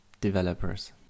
developers